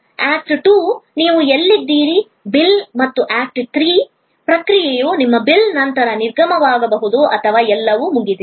act 2 ನೀವು ಎಲ್ಲಿದ್ದೀರಿ bill ಮತ್ತು ಆಕ್ಟ್ 3 ಪ್ರಕ್ರಿಯೆಯು ನಿಮ್ಮ ಬಿಲ್ ನಂತರ ನಿರ್ಗಮನವಾಗಬಹುದು ಮತ್ತು ಎಲ್ಲವೂ ಮುಗಿದಿದೆ